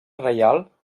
reial